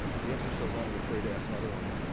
the answer is so long you're afraid to ask another one. i